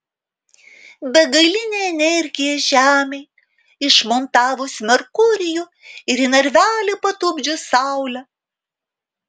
begalinė energija žemei išmontavus merkurijų ir į narvelį patupdžius saulę